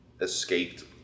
escaped